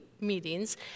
meetings